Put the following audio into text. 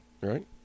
right